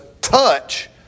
touch